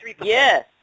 Yes